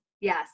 yes